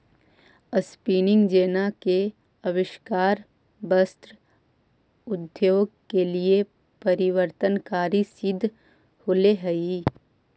spinning jenny के आविष्कार वस्त्र उद्योग के लिए परिवर्तनकारी सिद्ध होले हई